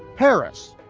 paris,